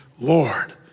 Lord